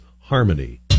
Harmony